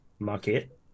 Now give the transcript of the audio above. Market